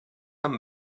amb